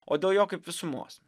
o dėl jo kaip visumos